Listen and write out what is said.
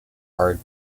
hard